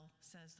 says